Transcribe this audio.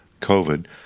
COVID